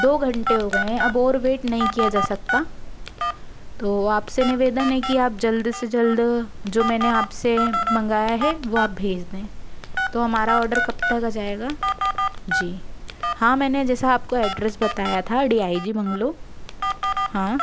दो घंटे हो गए हैं अब और वेट नहीं किया जा सकता तो आपसे निवेदन है कि आप जल्द से जल्द जो मैंने आपसे मंगाया है वो आप भेज दें तो हमारा ऑर्डर कब तक आ जाएगा जी हाँ मैंने जैसा आपको एड्रेस बताया था डी आई जी बंग्लौ हाँ